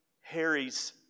Harry's